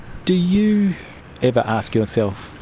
do you ever ask yourself,